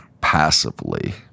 passively